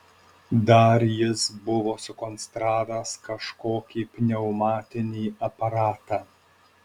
dar jis buvo sukonstravęs kažkokį pneumatinį aparatą